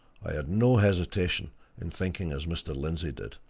i had no hesitation in thinking as mr. lindsey did.